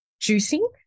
juicing